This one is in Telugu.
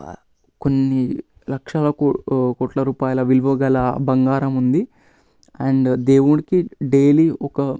కొన్ని లక్షల కో కోట్ల రూపాయల విలువ గల బంగారం ఉంది అండ్ దేవుడికి డెయిలీ ఒక